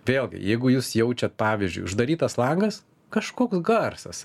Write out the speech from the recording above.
vėlgi jeigu jūs jaučiat pavyzdžiui uždarytas langas kažkoks garsas